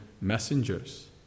messengers